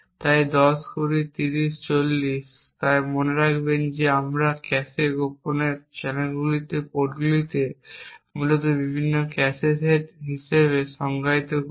তাই 10 20 30 40 তাই মনে রাখবেন যে আমরা ক্যাশে গোপন চ্যানেলের পোর্টগুলিকে মূলত বিভিন্ন ক্যাশে সেট হিসাবে সংজ্ঞায়িত করি